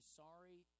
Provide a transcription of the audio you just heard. sorry